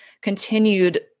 continued